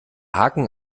haken